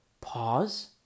pause